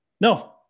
No